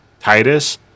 Titus